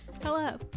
Hello